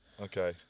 Okay